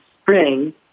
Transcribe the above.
spring